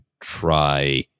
try